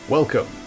Welcome